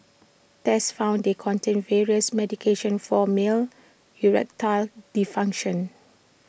tests found they contained various medications for male erectile dysfunction